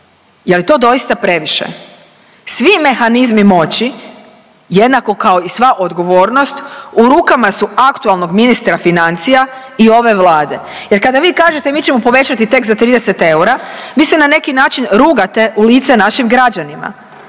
Je li to doista previše? Svi mehanizmi moći jednako kao i sva odgovornost u rukama su aktualnog ministra financija i ove Vlade. Jer kada vi kažete mi ćemo povećati tek za 30 eura vi se na neki način rugate u lice našim građanima.